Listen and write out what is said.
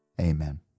Amen